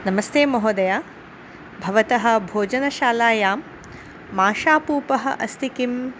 नमस्ते महोदया भवतः भोजनशालायां माषापूपः अस्ति किम्